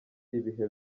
ibihe